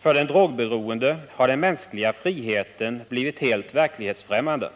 För den drogberoende har den mänskliga friheten blivit helt verklighetsfrämmande.